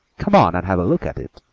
come on and have a look at it.